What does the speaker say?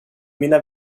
mina